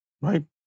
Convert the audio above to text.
right